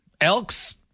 Elks